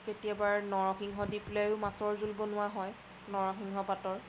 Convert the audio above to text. কেতিয়াবা নৰসিংহ দি পেলাইয়ো মাছৰ জোল বনোৱা হয় নৰসিংহ পাতৰ